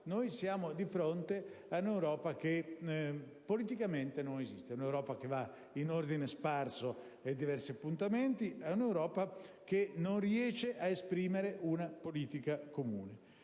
siamo di fronte ad un'Europa che politicamente non esiste, ad un'Europa che va in ordine sparso ai diversi appuntamenti e che non riesce a esprimere una politica comune.